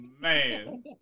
man